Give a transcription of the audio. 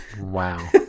Wow